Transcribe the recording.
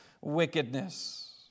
wickedness